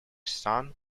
son